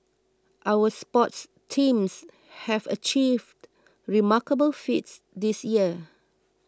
our sports teams have achieved remarkable feats this year